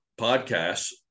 podcasts